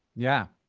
yeah.